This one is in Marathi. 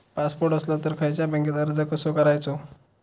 पासपोर्ट असलो तर खयच्या बँकेत अर्ज कसो करायचो?